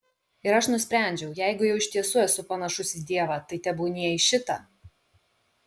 ir aš nusprendžiau jeigu jau iš tiesų esu panašus į dievą tai tebūnie į šitą